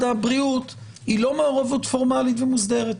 הבריאות היא לא מעורבות פורמלית ומוסדרת.